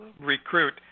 recruit